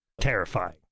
terrifying